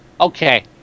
Okay